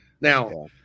Now